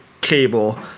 cable